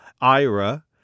Ira